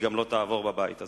היא גם לא תעבור בבית הזה.